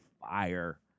fire